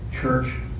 church